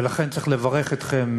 ולכן צריך לברך אתכם,